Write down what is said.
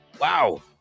Wow